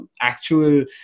actual